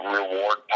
reward